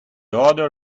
other